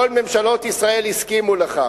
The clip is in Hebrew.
וכל ממשלות ישראל הסכימו לכך.